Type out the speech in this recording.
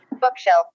bookshelf